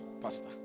Pastor